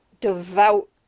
devout